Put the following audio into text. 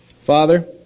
Father